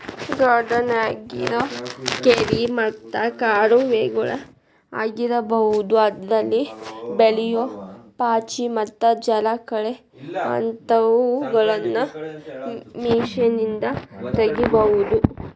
ಗಾರ್ಡನ್ಯಾಗಿರೋ ಕೆರಿ ಮತ್ತ ಕಾಲುವೆಗಳ ಆಗಿರಬಹುದು ಅದ್ರಲ್ಲಿ ಬೆಳಿಯೋ ಪಾಚಿ ಮತ್ತ ಜಲಕಳೆ ಅಂತವುಗಳನ್ನ ಮಷೇನ್ನಿಂದ ತಗಿಬಹುದು